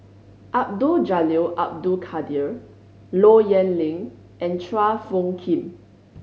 Abdul Jalil Abdul Kadir Low Yen Ling and Chua Phung Kim